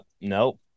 Nope